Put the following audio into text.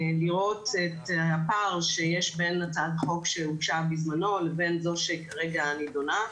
לראות את הפער שיש בין הצעת החוק שהוגשה בזמנו לבין זו שכרגע נידונה.